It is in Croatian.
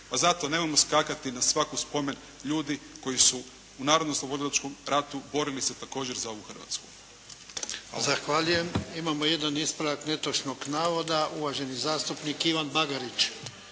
a zato nemojmo skakati na svaku spomen ljudi koji su u Narodnooslobodilačkom ratu borili se također za ovu Hrvatsku. Hvala. **Jarnjak, Ivan (HDZ)** Zahvaljujem. Imamo jedan ispravak netočnog navoda. Uvaženi zastupnik Ivan Bagarić.